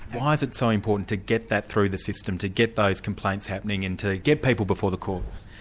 why is it so important to get that through the system, to get those complaints happening and to get people before the courts?